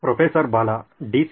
professor Bala D